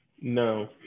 No